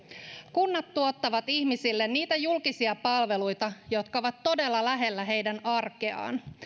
kunnat tuottavat ihmisille niitä julkisia palveluita jotka ovat todella lähellä heidän arkeaan